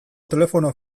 telefono